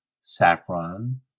saffron